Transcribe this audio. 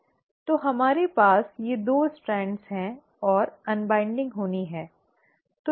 तो हमारे पास ये 2 स्ट्रैंड हैं और अन्वाइन्डिंग होनी है